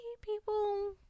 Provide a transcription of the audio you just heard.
people